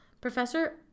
Professor